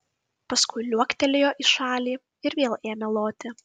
paskui liuoktelėjo į šalį ir vėl ėmė loti